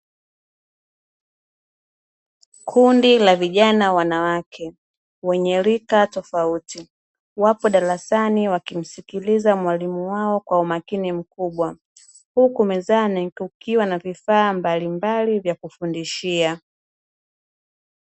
Kundi la vijana wanawake wenye rika tofauti wakiwa wamekaa darasani wakimsikiliza mwalimu wao